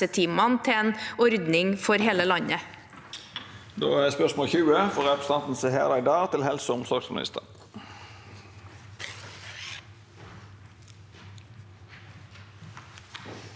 til en ordning for hele landet.